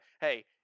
hey